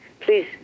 Please